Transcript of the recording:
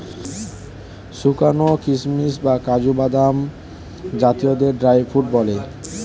শুকানো কিশমিশ বা কাজু বাদাম জাতীয়দের ড্রাই ফ্রুট বলে